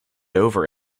over